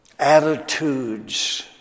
Attitudes